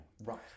right